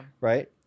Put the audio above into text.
Right